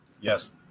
Yes